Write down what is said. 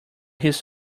his